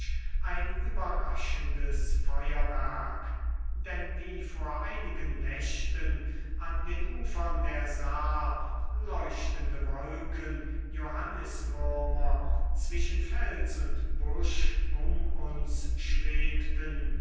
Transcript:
ein überraschendes feuerwerk denn wie vor einigen nächten an den ufern der saar leuchtende wolken johanniswürmer zwischen fels und busch um uns schwebten